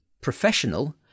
professional